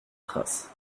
traces